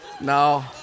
No